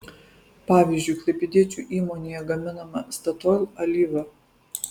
pavyzdžiui klaipėdiečių įmonėje gaminama statoil alyva